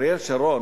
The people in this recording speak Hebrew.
בזמנו, אריאל שרון,